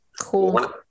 Cool